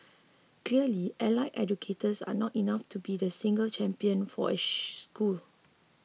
clearly allied educators are not enough to be the single champion for school